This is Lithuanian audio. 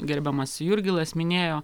gerbiamas jurgilas minėjo